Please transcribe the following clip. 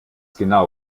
genau